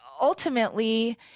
Ultimately